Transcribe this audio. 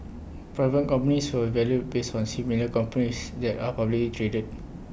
private companies were valued based on similar companies that are publicly traded